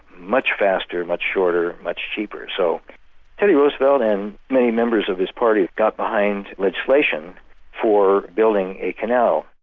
much faster, much shorter, much cheaper. so teddy roosevelt and many members of his party got behind legislation for building a canal.